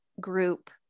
group